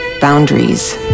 boundaries